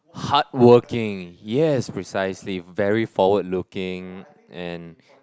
hardworking yes precisely very forward looking and